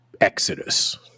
exodus